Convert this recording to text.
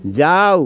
जाउ